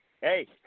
Hey